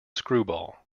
screwball